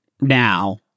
now